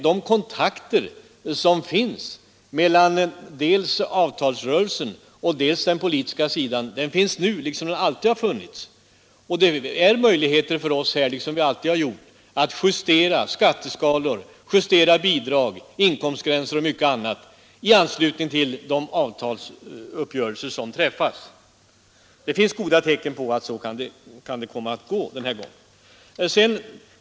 De kontakter som nu finns mellan avtalsrörelsen och den politiska sidan och som alltid funnits ger oss möjligheter att, liksom vi tidigare ständigt gjort, justera skatteskalor, bidrag, inkomstgränser och mycket annat i anslutning till de avtalsuppgörelser som träffas. Det finns goda tecken på att det kan blir så den här gången också.